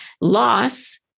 Loss